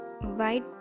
white